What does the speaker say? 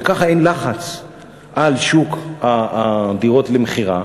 וככה אין לחץ על שוק הדירות למכירה,